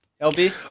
LB